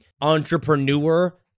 entrepreneur